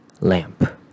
Lamp